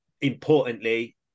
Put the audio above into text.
Importantly